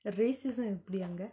racism எப்புடி அங்க:eppudi anga